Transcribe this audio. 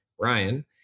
Ryan